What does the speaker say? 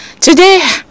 Today